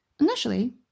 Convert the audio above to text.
Initially